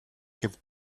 have